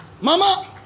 Mama